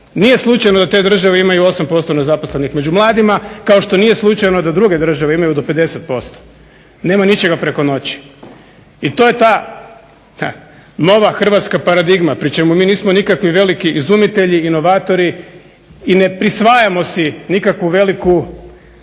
Nije slučajno da te države imaju 8% nezaposlenih među mladima kao što nije slučajno da druge države imaju do 50%. Nema ničega preko noći. I to je ta nova hrvatska paradigma, pri čemu mi nismo nikakvi veliki izumitelji, inovatori i ne prisvajamo si nikakvu veliku